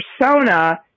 persona